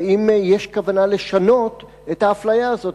האם יש כוונה לשנות את האפליה הזאת?